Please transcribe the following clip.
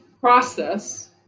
process